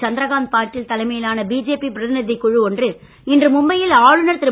சந்திரகாந்த் பாட்டீல் தலைமையிலான பிஜேபி பிரதிநிதி குழு ஒன்று இன்று மும்பையில் ஆளுநர் திரு